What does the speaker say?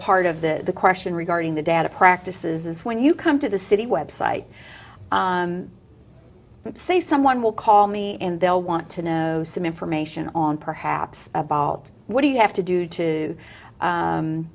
part of the question regarding the data practices when you come to the city website but say someone will call me and they'll want to know some information on perhaps about what do you have to do to